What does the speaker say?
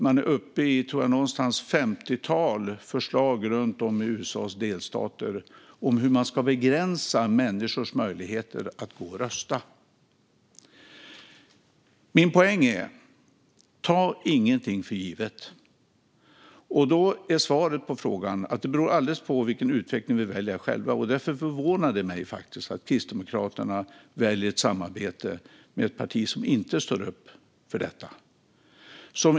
Jag tror att man runt om i USA:s delstater nu är uppe i cirka ett femtiotal förslag om hur man ska begränsa människors möjligheter att gå och rösta. Min poäng är: Ta ingenting för givet! Svaret på frågan är att det beror alldeles på vilken utveckling vi själva väljer. Därför förvånar det mig att Kristdemokraterna väljer samarbete med ett parti som inte står upp för detta.